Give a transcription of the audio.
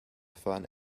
fan